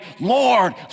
Lord